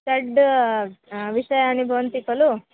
षड् विषयाणि भवन्ति खलु